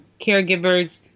caregivers